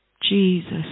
Jesus